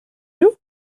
you